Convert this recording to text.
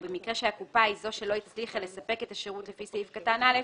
או במקרה שהקופה היא זו שלא הצליחה לספק את השירות לפי סעיף קטן (א),